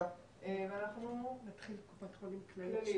אנחנו עוברים לקופת חולים כללית.